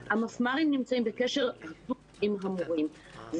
המפמ"רים נמצאים בקשר הדוק עם המורים,